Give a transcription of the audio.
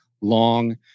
long